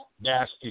Nasty